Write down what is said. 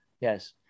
Yes